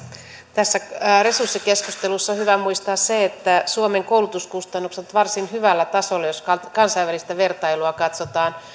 tässä resurssikeskustelussa on hyvä muistaa se että suomen koulutuskustannukset ovat varsin hyvällä tasolla jos kansainvälistä vertailua katsotaan